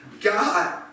god